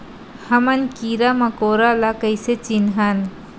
हमन कीरा मकोरा ला कइसे चिन्हन?